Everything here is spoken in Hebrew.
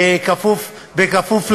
בכפוף להסכמה,